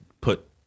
put